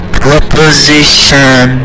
proposition